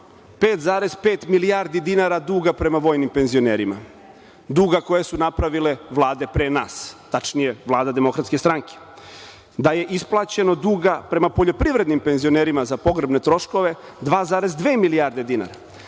5,5 milijardi dinara duga prema vojnim penzionerima, duga koje su napravile vlade pre nas, tačnije vlade Demokratske stranke. Da je isplaćeno duga prema poljoprivrednim penzionerima za pogrebne troškove 2,2 milijarde dinara,